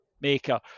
maker